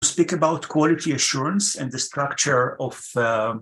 To speak about quality assurance and the structure of